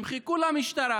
הם חיכו למשטרה